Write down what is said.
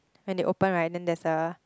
when they open right then there's a